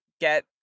get